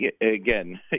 Again